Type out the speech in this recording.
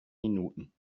minuten